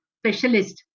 specialist